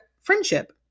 friendship